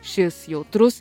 šis jautrus